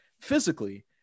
physically